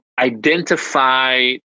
Identify